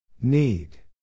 Need